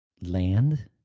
Land